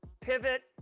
pivot